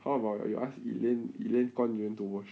how about you ask elaine elaine 官员 to wash